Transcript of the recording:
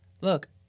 look